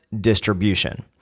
distribution